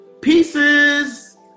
Pieces